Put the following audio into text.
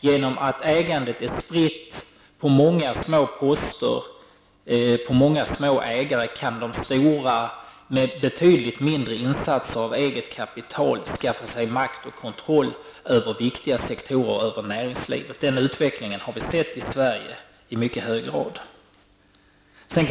Genom att ägandet är spritt i många små poster på många små ägare kan de stora med betydligt mindre insatser av eget kapital skaffa sig makt och kontroll över viktiga sektorer i näringslivet. Den utvecklingen har vi i mycket hög grad sett i Sverige.